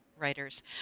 writers